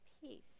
peace